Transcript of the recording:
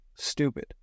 Stupid